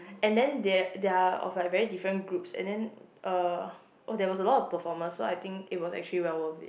and then they're they're of like very different groups and then uh oh there was a lot of performance so I think it was actually well worth it